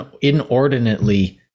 inordinately